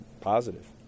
Positive